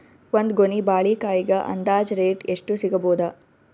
ಒಂದ್ ಗೊನಿ ಬಾಳೆಕಾಯಿಗ ಅಂದಾಜ ರೇಟ್ ಎಷ್ಟು ಸಿಗಬೋದ?